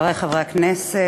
חברי חברי הכנסת,